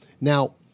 Now